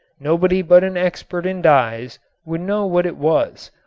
nobody but an expert in dyes would know what it was,